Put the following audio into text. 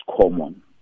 common